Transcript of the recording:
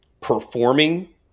performing